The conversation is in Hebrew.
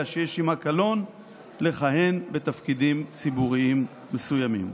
שיש עימה קלון לכהן בתפקידים ציבוריים מסוימים.